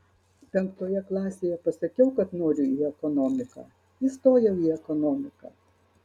penktoje klasėje pasakiau kad noriu į ekonomiką įstojau į ekonomiką